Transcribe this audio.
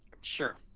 Sure